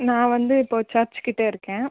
நான் வந்து இப்போது சர்ச் கிட்டே இருக்கேன்